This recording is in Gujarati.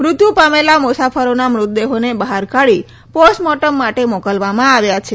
મૃત્યુ પામેલા મુસાફરોના મૃતદેહોને બહાર કાઢી પોસ્ટ મોર્ટમ માટે મોકલવામાં આવ્યા છે